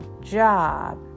job